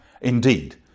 Indeed